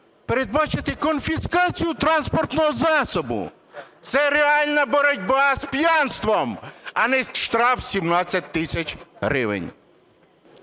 передбачити конфіскацію транспортного засобу. Це реальна боротьба з п'янством, а не штраф 17 тисяч гривень.